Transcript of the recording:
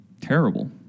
terrible